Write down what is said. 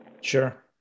Sure